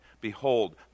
Behold